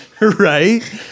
right